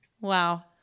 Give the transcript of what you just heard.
Wow